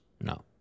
No